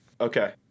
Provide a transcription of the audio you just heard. Okay